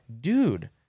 dude